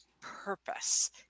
purpose